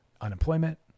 unemployment